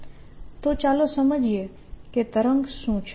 તો ચાલો સમજીએ કે તરંગ શું છે